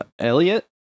Elliot